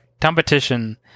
competition